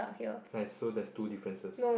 like so there is two differences